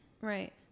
Right